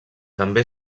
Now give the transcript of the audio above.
també